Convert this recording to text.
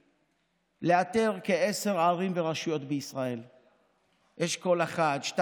לאתר כעשר ערים ורשויות בישראל, מאשכול 1, 2,